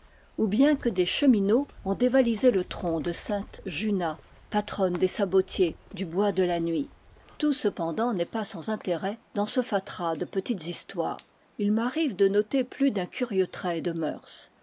ou bien que des chemineaux ont dévalisé le tronc de sainte jûna patronne des sabotiers du bois de la nuit tout n'est cependant pas sans intérêt dans ce fatras de pe tites histoires il m'arrive de noter plus d'un curieux trait de mœurs